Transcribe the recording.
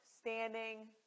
standing